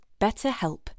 BetterHelp